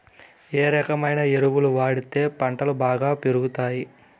ఏ రకమైన ఎరువులు వాడితే పంటలు బాగా పెరుగుతాయి?